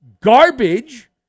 garbage